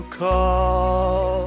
call